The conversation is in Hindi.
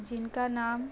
जिनका नाम